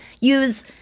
use